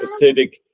acidic